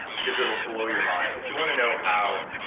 because it will blow your mind. if you want to know how,